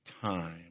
time